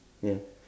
ya